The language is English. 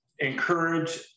encourage